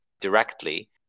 directly